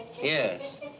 Yes